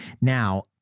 Now